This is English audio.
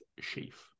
sheaf